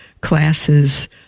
classes